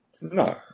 no